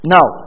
Now